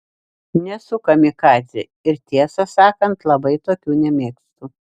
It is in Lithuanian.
nesu kamikadzė ir tiesą sakant labai tokių nemėgstu